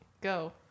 Go